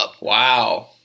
Wow